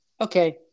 Okay